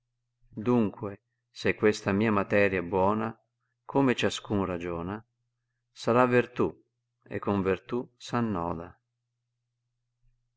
dunque se questa mia materia è baoua come ciascun ragiona sarà vertù e con vertù s annoda